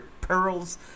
pearls